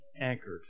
anchored